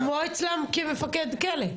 כמו אצלם כמפקד כלא.